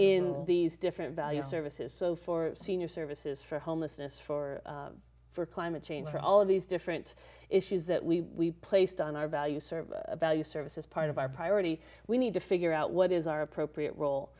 all these different values services so for senior services for homelessness for for climate change for all of these different issues that we placed on our values or values services part of our priority we need to figure out what is our appropriate rol